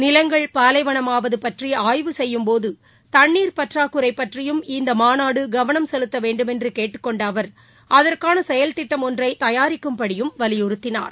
நிலங்கள் பாலைவனமாவது பற்றி ஆய்வு செய்யும்போது தண்ணீர் பற்றாக்குறை பற்றியும் இந்த மாநாடு கவனம் செலுத்த வேண்டுமென்று கேட்டுக் கொண்ட அவர் அதற்கான செயல் திட்டம் ஒன்றை தயாரிக்கும்படியும் வலியுறுத்தினார்